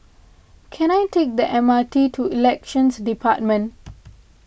can I take the M R T to Elections Department